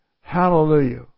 hallelujah